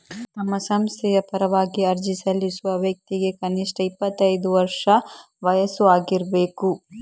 ತಮ್ಮ ಸಂಸ್ಥೆಯ ಪರವಾಗಿ ಅರ್ಜಿ ಸಲ್ಲಿಸುವ ವ್ಯಕ್ತಿಗೆ ಕನಿಷ್ಠ ಇಪ್ಪತ್ತೈದು ವರ್ಷ ವಯಸ್ಸು ಆಗಿರ್ಬೇಕು